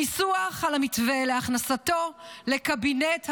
הניסוח על המתווה להכנסתו לקבינט המלחמה,